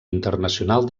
internacional